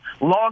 long